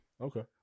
Okay